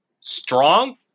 strong